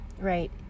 Right